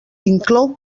inclou